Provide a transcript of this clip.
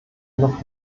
noch